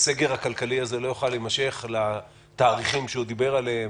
שהסגר הכלכלי הזה לא יוכל להימשך לתאריכים שהוא דיבר עליהם: